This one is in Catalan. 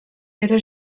era